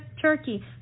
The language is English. Turkey